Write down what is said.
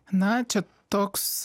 na čia toks